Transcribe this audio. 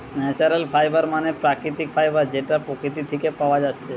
natural fibre মানে প্রাকৃতিক fibre যেটা প্রকৃতি থিকে পায়া যাচ্ছে